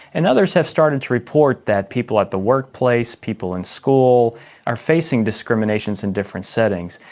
and others have started to report that people at the workplace, people in school are facing discriminations in different settings.